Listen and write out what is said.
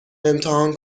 امتحان